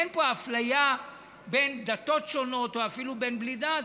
אין פה אפליה בין דתות שונות או אפילו של בן בלי דת,